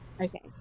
okay